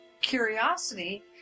curiosity